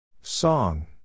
Song